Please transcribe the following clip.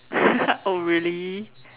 oh really